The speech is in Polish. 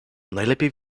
najlepiej